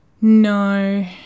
No